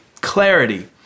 clarity